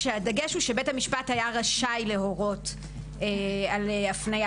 כשהדגש הוא שבית המשפט רשאי להורות על הפניה